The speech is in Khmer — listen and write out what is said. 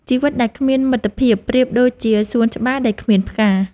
ជីវិតដែលគ្មានមិត្តភាព ប្រៀបដូចជាសួនច្បារដែលគ្មានផ្កា។